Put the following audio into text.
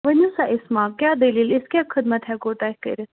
ؤنِو سا اِسما کیٛاہ دٔلیٖل أسۍ کیٛاہ خدمَت ہیٚکَو تۄہہِ کٔرِتھ